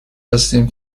هستیم